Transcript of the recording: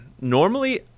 normally